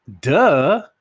Duh